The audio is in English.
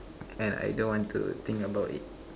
and I don't want to think about it